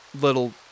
little